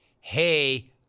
hey